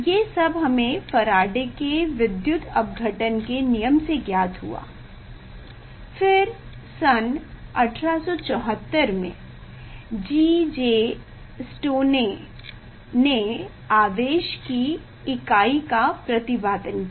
ये सब हमें फराडे के विद्युत अपघटन के नियम से ज्ञात हुआ फिर सन 1874 में G J स्टोनेय ने आवेश की इकाई का प्रतिपादन किया